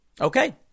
Okay